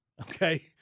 Okay